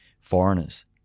foreigners